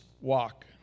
walk